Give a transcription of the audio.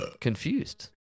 confused